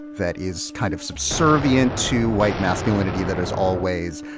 that is kind of subservient to white masculinity, that is always,